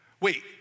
Wait